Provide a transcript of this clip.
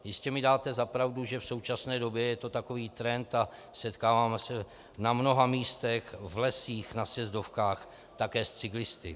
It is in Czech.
Jistě mi dáte za pravdu, že v současné době je to takový trend a setkáváme se na mnoha místech, v lesích, na sjezdovkách také s cyklisty.